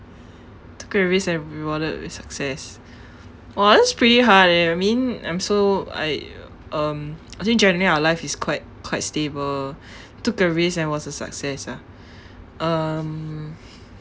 took a risk and rewarded with success !wah! that's pretty hard eh I mean I'm so I um I think generally our life is quite quite stable took a risk and was a success ah um